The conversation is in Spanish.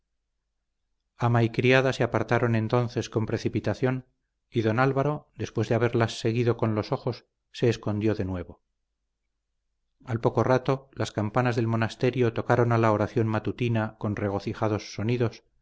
mí ama y criada se apartaron entonces con precipitación y don álvaro después de haberlas seguido con los ojos se escondió de nuevo al poco rato las campanas del monasterio tocaron a la oración matutina con regocijados sonidos